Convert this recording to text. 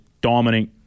dominant